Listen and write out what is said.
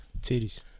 Titties